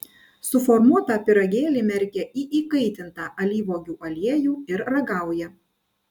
suformuotą pyragėlį merkia į įkaitintą alyvuogių aliejų ir ragauja